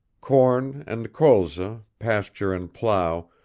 corn and colza, pasture and plough,